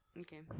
Okay